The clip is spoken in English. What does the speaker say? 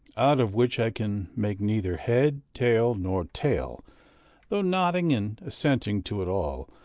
out of which i can make neither head, tail, nor tale though nodding and assenting to it all,